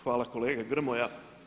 Hvala kolega Grmoja.